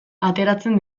ateratzen